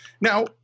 Now